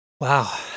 Wow